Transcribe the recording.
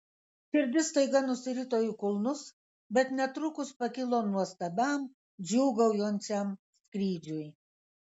širdis staiga nusirito į kulnus bet netrukus pakilo nuostabiam džiūgaujančiam skrydžiui